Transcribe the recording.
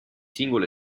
singolo